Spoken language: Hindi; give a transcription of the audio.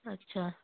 अच्छा